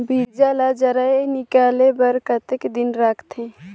बीजा ला जराई निकाले बार कतेक दिन रखथे?